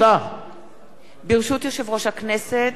ברשות יושב-ראש הכנסת,